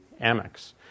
Amex